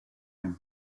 him